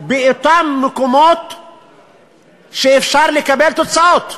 באותם מקומות שאפשר לקבל תוצאות.